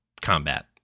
combat